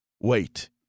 wait